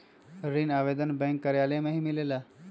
ऋण आवेदन बैंक कार्यालय मे ही मिलेला?